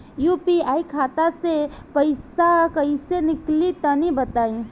UPI खाता से पइसा कइसे निकली तनि बताई?